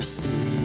see